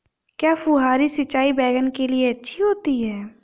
क्या फुहारी सिंचाई बैगन के लिए अच्छी होती है?